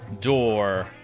door